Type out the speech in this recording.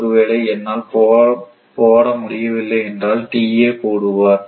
ஒருவேளை என்னால் போக முடியவில்லை என்றால் TA போடுவார்